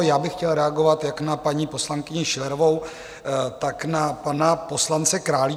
Já bych chtěl reagovat jak na paní poslankyni Schillerovou, tak na pana poslance Králíčka.